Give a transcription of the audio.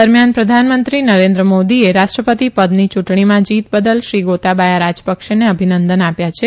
દરમિયાન પ્રધાનમંત્રી નરેન્દ્ર મોદીએ રાષ્ટ્રપતિપદની યુંટણીમાં જીત બદલ શ્રી ગોતાબાથા રાજપકસેને અભિનંદન આપ્યા છે